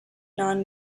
non